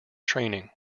training